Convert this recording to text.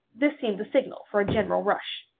this seemed the signal for a general rush.